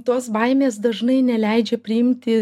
tos baimės dažnai neleidžia priimti